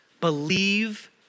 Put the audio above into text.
believe